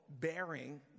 bearing